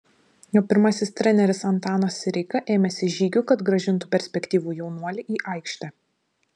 jo pirmasis treneris antanas sireika ėmėsi žygių kad grąžintų perspektyvų jaunuolį į aikštę